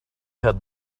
had